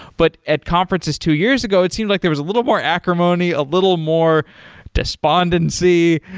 but at conferences two years ago it seems like there was a little more acrimony, a little more despondency.